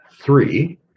three